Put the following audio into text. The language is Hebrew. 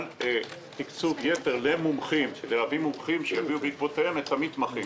על תקצוב יתר למומחים להביא מומחים שיביאו בעקבותיהם את המתמחים.